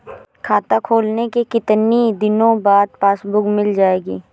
खाता खोलने के कितनी दिनो बाद पासबुक मिल जाएगी?